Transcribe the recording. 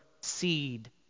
seed